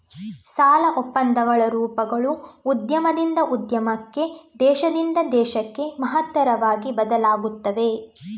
ಸಾಲ ಒಪ್ಪಂದಗಳ ರೂಪಗಳು ಉದ್ಯಮದಿಂದ ಉದ್ಯಮಕ್ಕೆ, ದೇಶದಿಂದ ದೇಶಕ್ಕೆ ಮಹತ್ತರವಾಗಿ ಬದಲಾಗುತ್ತವೆ